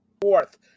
fourth